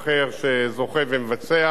מכיוון ערד כבר התחילה העבודה,